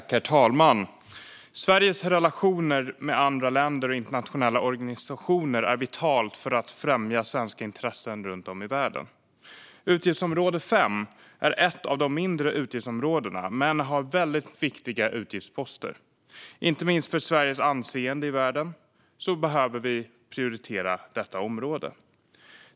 Herr talman! Sveriges relationer med andra länder och internationella organisationer är vitalt för att främja svenska intressen runt om i världen. Utgiftsområde 5 är ett av de mindre utgiftsområdena men har väldigt viktiga utgiftsposter. Inte minst för Sveriges anseende i världen behöver vi prioritera detta område.